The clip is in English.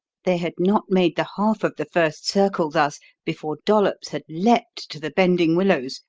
they had not made the half of the first circle thus before dollops had leaped to the bending willows,